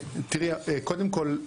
קודם כל,